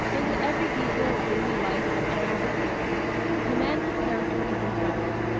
into every detail of daily life at general headquarters the commander's character is impressed.